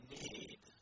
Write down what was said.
need